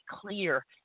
clear